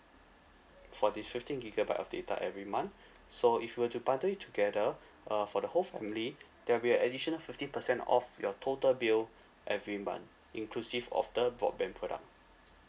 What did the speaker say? for this fifteen gigabyte of data every month so if you were to bundle it together uh for the whole family there will be an additional fifty percent of your total bill every month inclusive of the broadband product